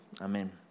Amen